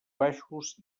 baixos